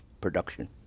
production